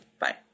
Bye